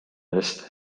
eest